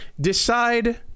Decide